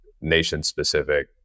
nation-specific